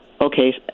Okay